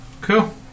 Cool